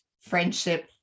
friendship